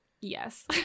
Yes